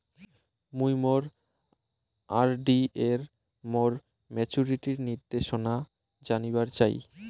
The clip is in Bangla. মুই মোর আর.ডি এর মোর মেচুরিটির নির্দেশনা জানিবার চাই